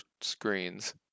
screens